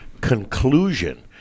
conclusion